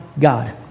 God